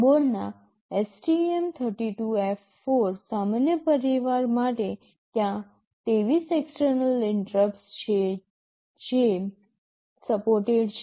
બોર્ડના STM32F4 સામાન્ય પરિવાર માટે ત્યાં 23 એક્સટર્નલ ઇન્ટરપ્ટસ છે જે સપોર્ટેડ છે